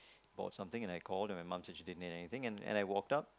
bought something and I called and my mom said she didn't need anything and I walked out